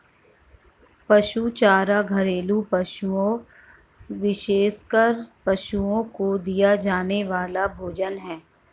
पशु चारा घरेलू पशुओं, विशेषकर पशुओं को दिया जाने वाला भोजन है